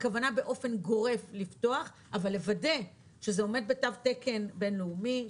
הכוונה לפתוח באופן גורף אבל לוודא שזה עומד בתו תקן בינלאומי,